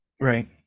Right